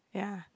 ya